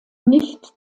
nicht